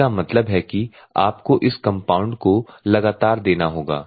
इसका मतलब है कि आपको इस कम्पाउन्ड को लगातार देना होगा